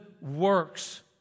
works